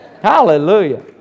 Hallelujah